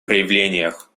проявлениях